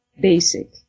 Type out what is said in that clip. basic